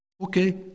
okay